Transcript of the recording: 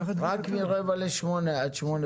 רק מרבע לשמונה עד שמונה